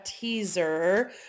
teaser